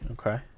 okay